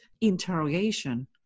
interrogation